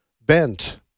bent